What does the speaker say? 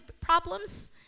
problems